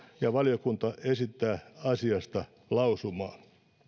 ja valiokunta esittää asiasta lausumaa